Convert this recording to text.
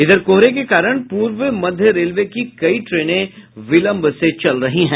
इधर कोहरे के कारण पूर्व मध्य रेलवे की कई ट्रेनें विलंब से चल रही हैं